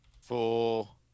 four